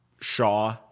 Shaw